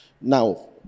now